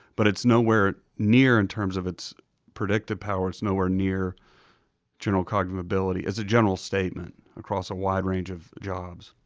but it's nowhere near, in terms of its predictive power, it's nowhere near general cognitive ability, as a general statement, across a wide range of jobs.